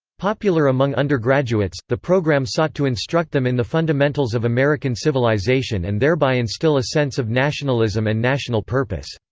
popular among undergraduates, the program sought to instruct them in the fundamentals of american civilization and thereby instill a sense of nationalism and national purpose.